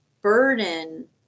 burden